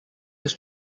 his